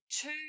two